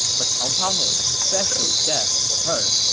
but cao cao had a special death for her,